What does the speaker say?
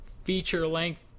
feature-length